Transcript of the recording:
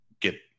get